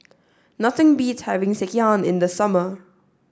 nothing beats having Sekihan in the summer